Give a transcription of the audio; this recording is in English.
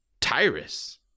Tyrus